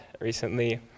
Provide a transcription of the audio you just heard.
recently